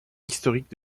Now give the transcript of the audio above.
historique